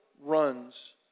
runs